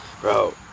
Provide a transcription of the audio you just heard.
Bro